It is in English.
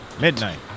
Midnight